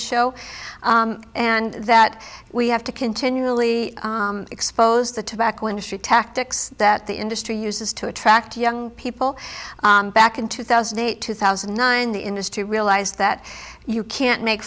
show and that we have to continually expose the tobacco industry tactics that the industry uses to attract young people back in two thousand and eight two thousand and nine the industry realized that you can't make